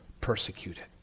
persecuted